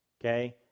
okay